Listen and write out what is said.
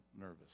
nervous